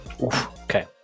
okay